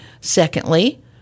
Secondly